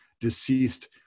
deceased